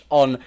on